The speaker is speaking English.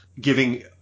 giving